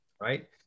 Right